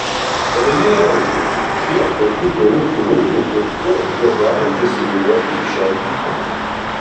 velniai rautų kiek tokių gerų chirurgų kaip tu jie gali prisivilioti į šią dykumą